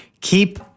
keep